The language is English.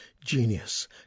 genius